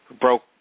Broke